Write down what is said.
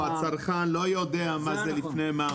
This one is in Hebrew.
הצרכן לא יודע מה זה לפני מע"מ.